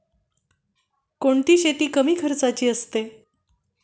कोणती शेती कमी खर्चाची असते?